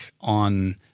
on